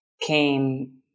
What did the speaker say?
came